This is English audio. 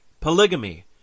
polygamy